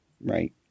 right